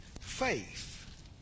faith